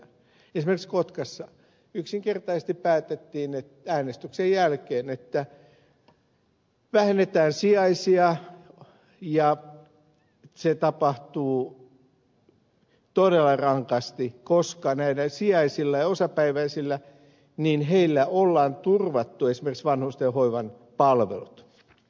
esimerkiksi kotkassa yksinkertaisesti päätettiin äänestyksen jälkeen että vähennetään sijaisia ja se tapahtuu todella rankasti koska näillä sijaisilla ja osapäiväisillä on turvattu esimerkiksi vanhustenhoivan palvelut